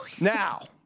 Now